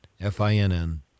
F-I-N-N